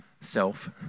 self